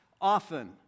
often